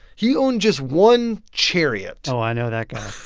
he owned just one chariot oh, i know that guy